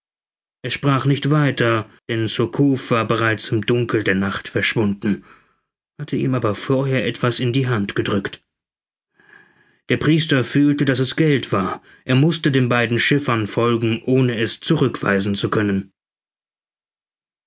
er sprach nicht weiter denn surcouf war bereits im dunkel der nacht verschwunden hatte ihm aber vorher etwas in die hand gedrückt der priester fühlte daß es geld war er mußte den beiden schiffern folgen ohne es zurückweisen zu können